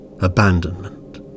abandonment